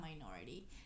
minority